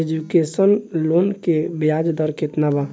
Education loan के ब्याज दर केतना बा?